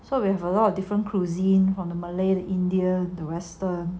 so we have a lot of different cuisine from the malay india the western